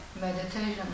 meditation